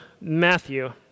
Matthew